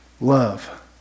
love